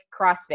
CrossFit